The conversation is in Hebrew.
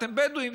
אתם בדואים,